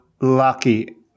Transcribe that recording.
lucky